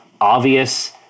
obvious